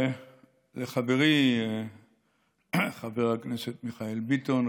וחברי חבר הכנסת מיכאל ביטון,